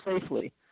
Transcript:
safely